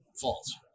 false